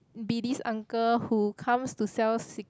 be this uncle who comes to sell s~